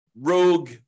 rogue